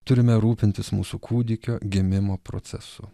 turime rūpintis mūsų kūdikio gimimo procesu